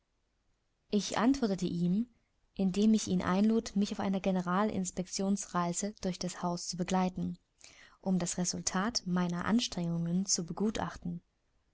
ich antwortete ihm indem ich ihn einlud mich auf einer generalinspektionsreise durch das haus zu begleiten um das resultat meiner anstrengungen zu begutachten